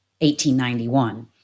1891